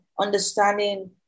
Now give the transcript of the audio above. understanding